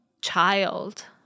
child